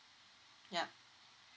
yup